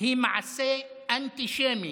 היא מעשה אנטישמי,